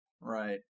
Right